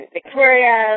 Victoria